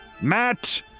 Matt